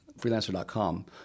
freelancer.com